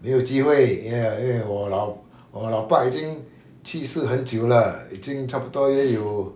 没有机会 ya 因为我老我老爸已经去世很久了已经差不多也有